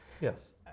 Yes